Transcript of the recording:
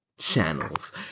channels